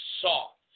soft